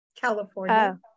California